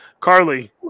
Carly